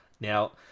Now